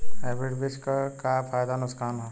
Hybrid बीज क का फायदा नुकसान ह?